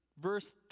verse